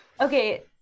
Okay